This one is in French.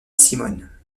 simone